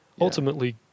Ultimately